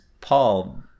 paul